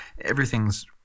Everything's